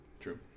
True